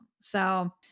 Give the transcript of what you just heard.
So-